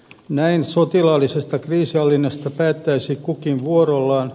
näin sotilaallisesta kriisinhallinnasta päättäisi kukin vuorollaan